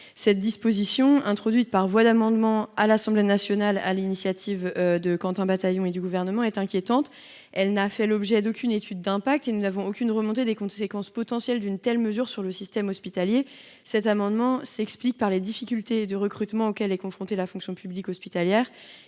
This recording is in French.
Cette disposition, introduite par voie d’amendement à l’Assemblée nationale sur l’initiative de Quentin Bataillon et du Gouvernement, est inquiétante. Elle n’a fait l’objet d’aucune étude d’impact et nous ne disposons d’aucune évaluation des conséquences potentielles d’une telle mesure sur le système hospitalier. Cet amendement s’explique en réalité par les difficultés de recrutement auxquelles est confrontée la fonction publique hospitalière